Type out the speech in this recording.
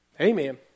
Amen